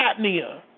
apnea